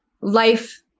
life